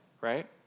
right